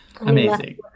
Amazing